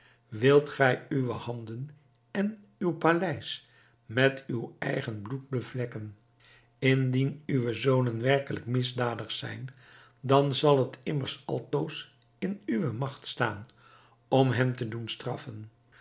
wilt gij uwe handen en uw paleis met uw eigen bloed bevlekken indien uwe zonen werkelijk misdadig zijn dan zal het immers altoos in uwe magt staan om hen te doen straffen